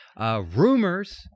Rumors